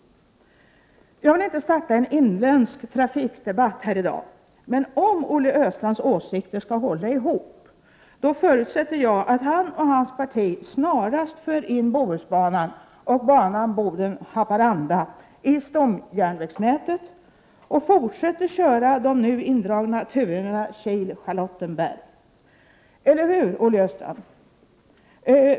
Jag vill inte starta en inländsk trafikdebatt här i dag. Men om Olle Östrands åsikter skall hålla ihop, då förutsätter jag att han och hans parti snarast för in Bohusbanan och banan Boden-Haparanda i stomjärnvägsnätet och fortsätter att köra de nu indragna turerna Kil-Charlottenberg. Eller hur, Olle Östrand?